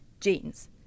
genes